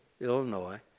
Illinois